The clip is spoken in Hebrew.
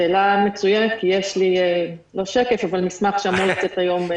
שאלה מצוינת כי יש לי מסמך שאמור לצאת היום למערכת.